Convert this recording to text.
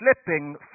slipping